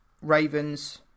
Ravens